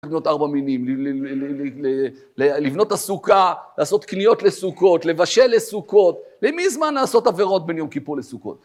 לקנות ארבע מינים, לבנות את הסוכה, לעשות קניות לסוכות, לבשל לסוכות, למי זמן לעשות עבירות בין יום כיפור לסוכות.